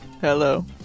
Hello